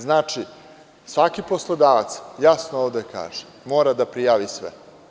Znači, svaki poslodavac jasno ovde kaže mora da prijavi sve.